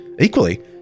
Equally